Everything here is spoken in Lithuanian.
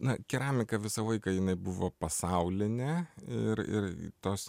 na keramika visą laiką jinai buvo pasaulinė ir ir tos